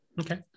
okay